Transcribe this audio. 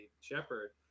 shepherd